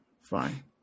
Fine